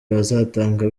bazatanga